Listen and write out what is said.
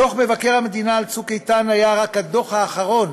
דוח מבקר המדינה על צוק איתן היה רק הדוח האחרון